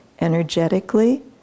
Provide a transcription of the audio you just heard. energetically